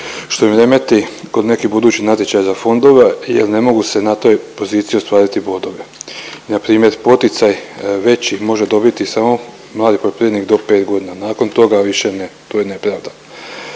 što im remeti kod nekih budućih natječaja za fondove jer ne mogu se na te pozicije ostvariti bodove. Dakle, imat poticaj veći može dobiti samo mladi poljoprivrednik do 5 godina nakon toga više ne to je